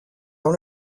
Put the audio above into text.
dans